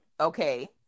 okay